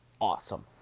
Awesome